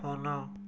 follow